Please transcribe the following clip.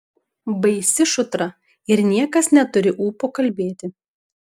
baisi šutra ir niekas neturi ūpo kalbėti